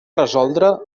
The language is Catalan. resoldre